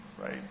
right